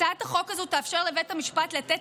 הצעת החוק הזאת תאפשר לבית המשפט לתת